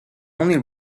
only